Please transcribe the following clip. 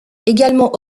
également